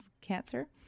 cancer